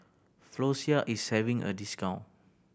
Floxia is having a discount